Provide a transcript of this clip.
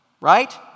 Right